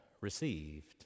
received